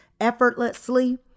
effortlessly